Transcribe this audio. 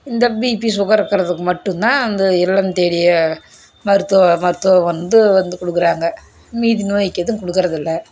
இந்த BP sugar இருக்கிறதுக்கு மட்டுந்தான் இந்த இல்லம் தேடிய மருத்துவ மருத்துவம் வந்து வந்து கொடுக்குறாங்க மீதி நோய்க்கு எதுவும் கொடுக்குறது இல்லை